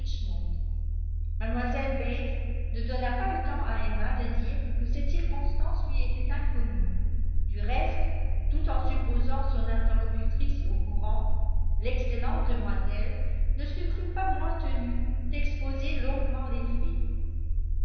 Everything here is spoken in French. bates ne donna pas le temps à emma de dire que cette circonstance lui était inconnue du reste tout en supposant son interlocutrice au courant l'excellente demoiselle ne se crut pas moins tenue d'exposer longuement